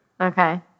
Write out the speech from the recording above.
Okay